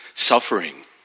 suffering